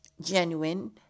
genuine